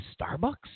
Starbucks